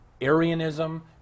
Arianism